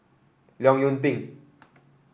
Leong Yoon Pin